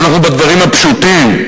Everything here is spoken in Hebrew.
אנחנו בדברים הפשוטים,